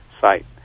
site